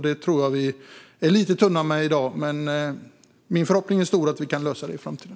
Det är lite tunt med det i dag, men min förhoppning är att vi kan lösa det i framtiden.